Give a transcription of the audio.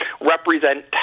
represent